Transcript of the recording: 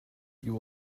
you